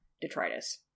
detritus